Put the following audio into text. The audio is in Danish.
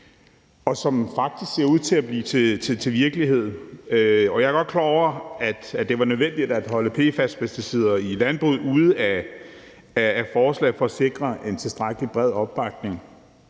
som faktisk ser ud til at blive til virkelighed. Jeg er godt klar over, at det var nødvendigt at holde PFAS-pesticider, der bliver brugt i landbruget, ude af forslaget for at sikre en tilstrækkelig bred opbakning.